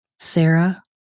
Sarah